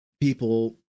people